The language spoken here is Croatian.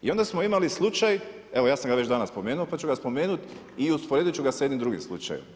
I onda smo imali slučaj, evo ja sam ga već danas spomenuo, pa ću ga spomenuti usporediti ću ga s jednim drugim slučajem.